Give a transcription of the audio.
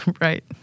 Right